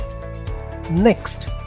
Next